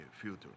future